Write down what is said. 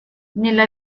nella